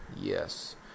yes